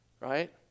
right